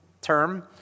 term